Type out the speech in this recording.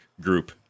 group